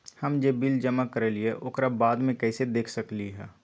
हम जे बिल जमा करईले ओकरा बाद में कैसे देख सकलि ह?